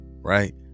right